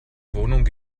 wohnung